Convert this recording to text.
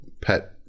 pet